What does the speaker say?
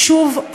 שוב,